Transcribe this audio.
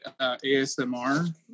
asmr